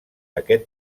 aquest